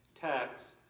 tax